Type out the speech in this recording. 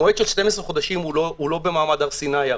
המועד של 12 חודשים לא ממעמד הר סיני.